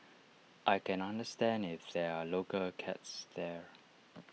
I can understand if there are local cats there